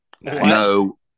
No